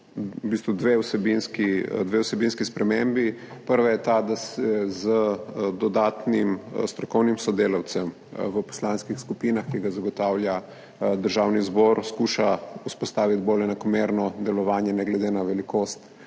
dve vsebinski spremembi. Prva je ta, da se z dodatnim strokovnim sodelavcem v poslanskih skupinah, ki ga zagotavlja Državni zbor, skuša vzpostaviti bolj enakomerno delovanje ne glede na velikost